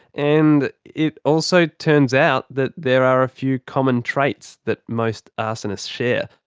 and it also turns out that there are a few common traits that most arsonists share.